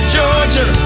Georgia